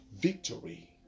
victory